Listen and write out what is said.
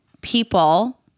People